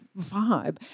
vibe